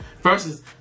versus